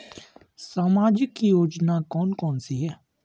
सामाजिक योजना कौन कौन सी हैं?